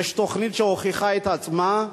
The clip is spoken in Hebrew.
יש תוכנית שהוכיחה את עצמה.